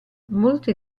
molte